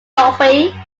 duffy